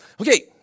Okay